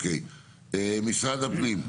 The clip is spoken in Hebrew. משרד הפנים.